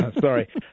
sorry